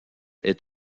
est